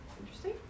Interesting